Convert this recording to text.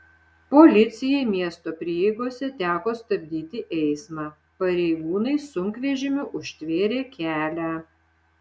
policijai miesto prieigose teko stabdyti eismą pareigūnai sunkvežimiu užtvėrė kelią